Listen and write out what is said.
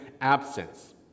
absence